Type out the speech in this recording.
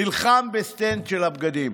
נלחם בסטנד של הבגדים.